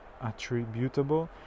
attributable